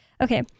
Okay